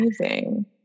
amazing